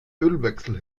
ölwechsel